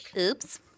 Oops